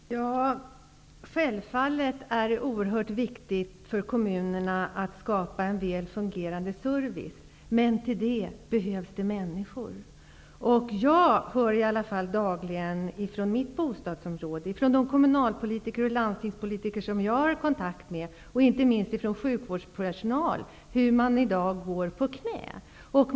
Herr talman! Självfallet är det oerhört viktigt för kommunerna att skapa en väl fungerande service, men till det behövs det människor. I varje fall hör jag dagligen från mitt bostadsområde, från de kommun och landstingspolitiker som jag har kontakt med och inte minst från sjukvårdspersonal hur man i dag går på knäna.